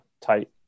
tight